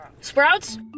Sprouts